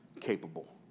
capable